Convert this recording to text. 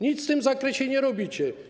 Nic w tym zakresie nie robicie.